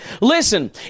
Listen